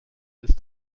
ist